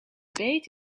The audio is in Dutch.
beet